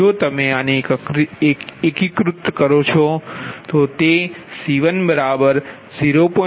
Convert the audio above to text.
જો તમે આને એકીકૃત કરો છો તો તેC10